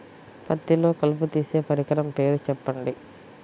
పత్తిలో కలుపు తీసే పరికరము పేరు చెప్పండి